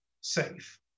safe